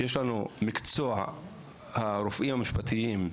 שיש לנו מקצוע - הרופאים המשפטיים,